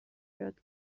یاد